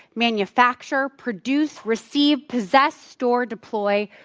manufacture, produce, receive, possess store, deploy,